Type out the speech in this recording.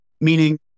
meaning